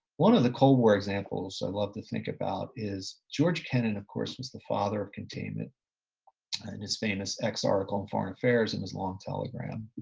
one of the cold war examples i love to think about is george kennan, of course, was the father of containment and his famous x article on foreign affairs and his long telegram